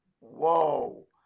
whoa